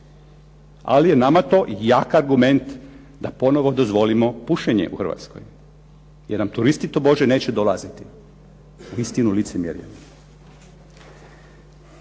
ali je nama to jak argument da ponovno dozvolimo pušenje u Hrvatskoj jer nam turisti tobože neće dolaziti. Uistinu licemjerje.